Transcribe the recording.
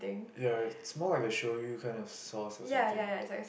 ya it's more like a shoyu kind of sauce or something